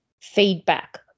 feedback